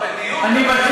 יואב,